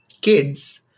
kids